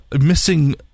missing